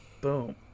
Boom